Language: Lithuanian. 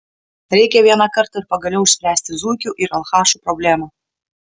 reikia vienąkart ir pagaliau išspręsti zuikių ir alchašų problemą